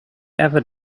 ever